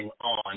on